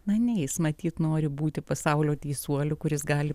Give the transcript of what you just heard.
na ne jis matyt nori būti pasaulio teisuoliu kuris gali